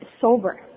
sober